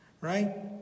right